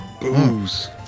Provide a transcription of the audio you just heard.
booze